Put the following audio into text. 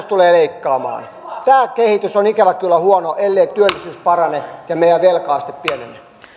tulee leikkaamaan tämä kehitys on ikävä kyllä huono ellei työllisyys parane ja meidän velka asteemme pienene arvoisa